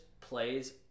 plays